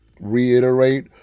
reiterate